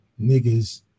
niggas